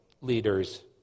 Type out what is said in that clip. leaders